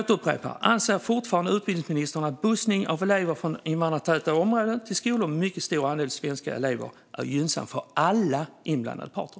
Jag upprepar min fråga: Anser utbildningsministern fortfarande att bussning av elever från invandrartäta områden till skolor med mycket stor andel svenska elever är gynnsam för alla inblandade parter?